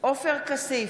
עופר כסיף,